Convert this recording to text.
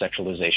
sexualization